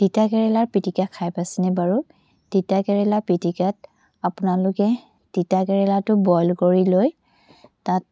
তিতা কেৰেলাৰ পিটিকা খাই পাইছেনে বাৰু তিতা কেৰেলা পিটিকাত আপোনালোকে তিতা কেৰেলাটো বইল কৰি লৈ তাত